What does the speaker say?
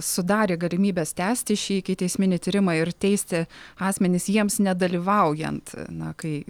sudarė galimybes tęsti šį ikiteisminį tyrimą ir teisti asmenis jiems nedalyvaujant na kai